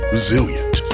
Resilient